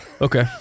Okay